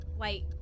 wait